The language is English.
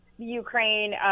Ukraine